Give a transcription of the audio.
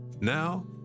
Now